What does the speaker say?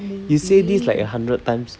you say this like a hundred times